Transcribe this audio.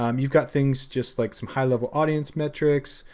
um you've got things, just like some high-level audience metrics,